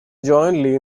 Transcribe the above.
jointly